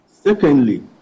Secondly